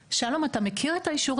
כדי שידע מראש מה עמדתו.